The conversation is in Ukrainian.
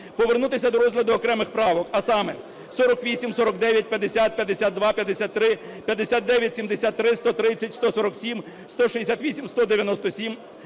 Повернутися до розгляду окремих правок, а саме: 48, 49, 50, 52, 53, 59, 73, 130, 147, 168, 197,